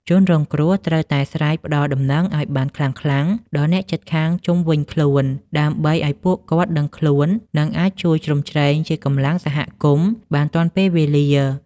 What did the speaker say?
ជនរងគ្រោះត្រូវស្រែកផ្ដល់ដំណឹងឱ្យបានខ្លាំងៗដល់អ្នកជិតខាងជុំវិញខ្លួន ដើម្បីឱ្យពួកគាត់ដឹងខ្លួន និងអាចជួយជ្រោមជ្រែងជាកម្លាំងសហគមន៍បានទាន់ពេលវេលា។